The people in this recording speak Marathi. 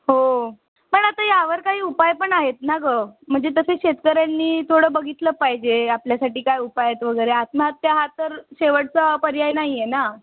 हो पण आता यावर काही उपाय पण आहेत ना गं म्हणजे तसं शेतकऱ्यांनी थोडं बघितलं पाहिजे आपल्यासाठी काय उपाय आहेत वगैरे आत्महत्या हा तर शेवटचा पर्याय नाही आहे ना